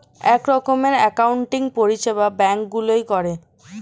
এক রকমের অ্যাকাউন্টিং পরিষেবা ব্যাঙ্ক গুলোয় করে